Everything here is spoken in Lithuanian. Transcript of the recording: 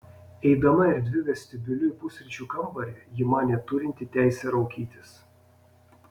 eidama erdviu vestibiuliu į pusryčių kambarį ji manė turinti teisę raukytis